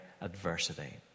adversity